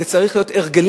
אלה צריכים להיות הרגלים.